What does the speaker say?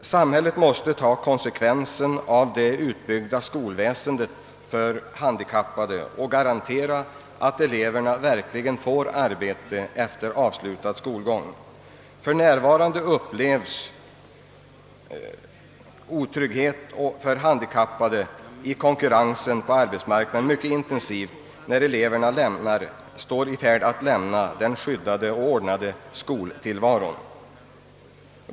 Samhället måste vidare ta konsekvensen av skolväsendets utbyggnad för de handikappade och garantera att de handikappade eleverna verkligen får arbete efter avslutad skolgång. För närvarande upplevs otryggheten för de handikappade i konkurrensen på arbetsmarknaden mycket intensivt när eleverna står i färd att lämna den skyddade och ordnade skoltillvaron.